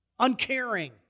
Uncaring